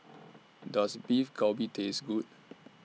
Does Beef Galbi Taste Good